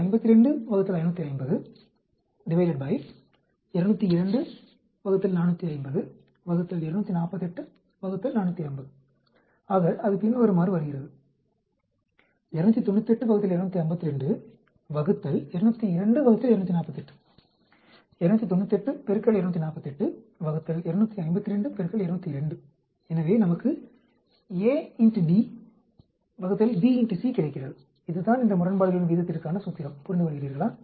298 ÷ 1 p1 என்பது ஆக அது பின்வருமாறு வருகிறது எனவே நமக்கு a d ÷b c கிடைக்கிறது இதுதான் இந்த முரண்பாடுகளின் விகிதத்திற்கான சூத்திரம் புரிந்துகொள்கிறீர்களா